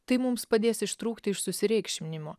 tai mums padės ištrūkti iš susireikšminimo